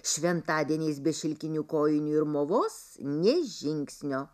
šventadieniais be šilkinių kojinių ir movos nė žingsnio